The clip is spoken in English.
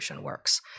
Works